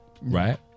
right